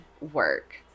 work